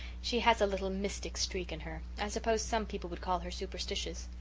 she has a little mystic streak in her i suppose some people would call her superstitious.